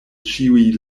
ĉiuj